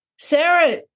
Sarah